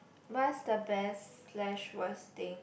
what's the best slash worst thing